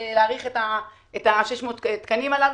שיש להאריך את 600 התקנים הללו.